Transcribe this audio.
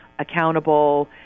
accountable